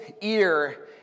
ear